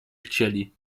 chcieli